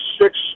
six